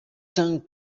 tang